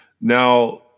Now